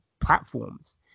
platforms